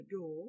door